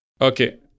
Okay